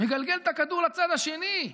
מגלגל את הכדור לצד השני,